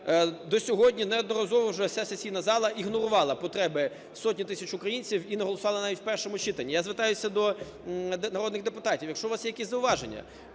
до сьогодні неодноразово вже ця сесійна зала ігнорувала потреби сотень тисяч українців і не голосувала навіть в першому читанні. Я звертаюся до народних депутатів, якщо у вас є якісь зауваження